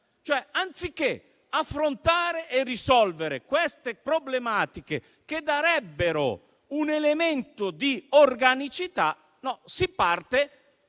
cioè, anziché affrontare e risolvere queste problematiche che darebbero un elemento di organicità, si parte